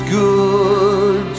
good